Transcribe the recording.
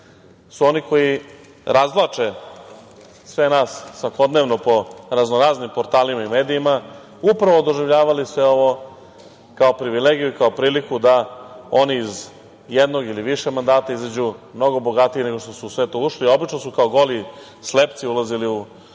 su oni koji razvlače sve nas svakodnevno po raznoraznim portalima i medijima, upravo doživljavali sve ovo kao privilegiju i kao priliku da oni iz jednog ili više mandata, izađu mnogo bogatiji, nego što su u sve to ušli. Obično su kao goli slepci ulazili u